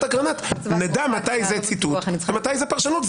אגרנט נדע מתי זה ציטוט ומתי זאת פרשנות.